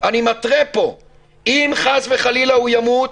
אני מתרה שאם, חס וחלילה, הוא ימות,